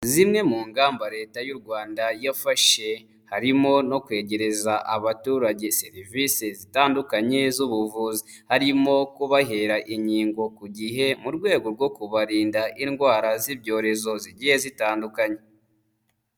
Zimwe mu ngamba Leta y'u Rwanda yafashe harimo no kwegereza abaturage serivise zitandukanye z'ubuvuzi. Harimo kubahera inkingo ku gihe mu rwego rwo kubarinda indwara z'ibyorezo zigiye zitandukanye.